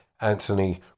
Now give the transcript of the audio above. Anthony